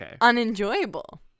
unenjoyable